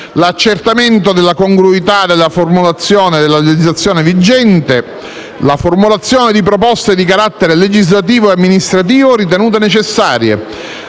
l'accertamento della congruità della formulazione della legislazione vigente, la formulazione di proposte di carattere legislativo e amministrativo ritenute necessarie,